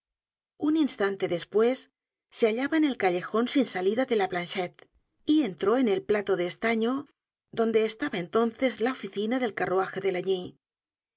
un instante despues se hallaba en el callejon sin salida de la planchette y entró en content from google book search generated at el plato de estaño donde estaba entonces la oficina del carruaje de